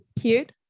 cute